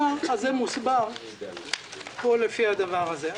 הפער הזה מוסבר פה לפי הדבר הזה.